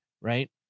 right